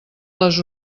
les